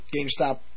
GameStop